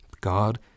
God